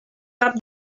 cap